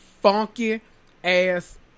funky-ass